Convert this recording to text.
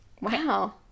Wow